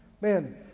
Man